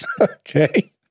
Okay